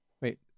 Wait